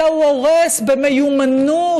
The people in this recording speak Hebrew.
אלא הוא הורס במיומנות